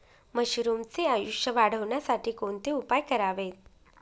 मशरुमचे आयुष्य वाढवण्यासाठी कोणते उपाय करावेत?